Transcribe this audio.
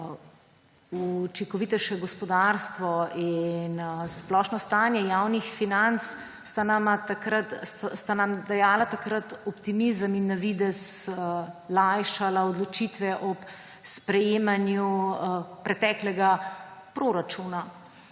v učinkovitejše gospodarstvo in splošno stanje javnih financ sta nam dajala takrat optimizem in na videz lajšala odločitve ob sprejemanju preteklega proračuna.